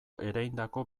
ereindako